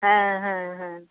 ᱦᱮᱸ ᱦᱮᱸ ᱦᱮᱸ